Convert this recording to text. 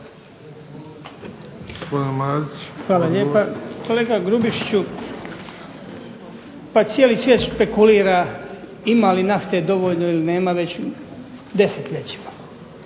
Hvala lijepa. Kolega Grubišiću, pa cijeli svijet špekulira ima li nafte dovoljno ili nema već desetljećima.